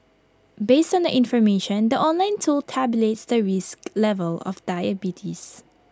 based on the information the online tool tabulates the risk level of diabetes